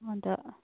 अन्त